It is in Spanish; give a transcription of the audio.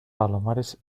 palomares